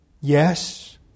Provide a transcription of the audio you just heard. Yes